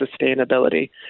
sustainability